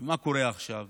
ומה קורה עכשיו?